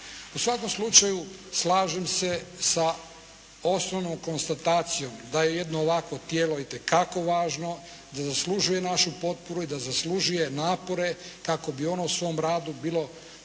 U svakom slučaju slažem se sa osnovnom konstatacijom da je jedno ovakvo tijelo itekako važno, da zaslužuje našu potporu i da zaslužuje napore kako bi ono u svom radu bilo